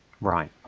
Right